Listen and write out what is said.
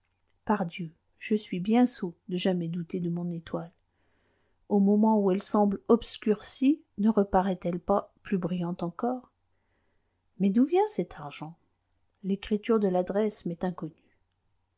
pardieu je suis bien sot de jamais douter de mon étoile au moment où elle semble obscurcie ne reparaît elle pas plus brillante encore mais d'où vient cet argent l'écriture de l'adresse m'est inconnue